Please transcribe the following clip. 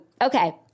okay